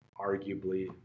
arguably